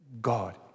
God